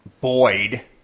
Boyd